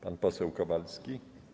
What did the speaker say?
Pan poseł Kowalski?